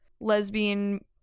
lesbian